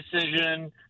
decision